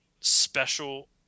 special